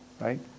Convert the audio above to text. right